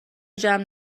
جمع